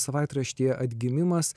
savaitraštyje atgimimas